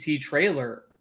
trailer